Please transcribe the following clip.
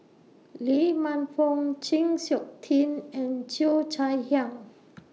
Lee Man Fong Chng Seok Tin and Cheo Chai Hiang